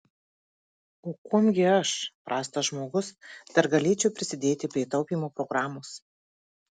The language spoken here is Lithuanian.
o kuom gi aš prastas žmogus dar galėčiau prisidėti prie taupymo programos